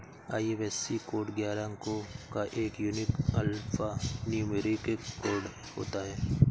IFSC code ग्यारह अंको का एक यूनिक अल्फान्यूमैरिक कोड होता है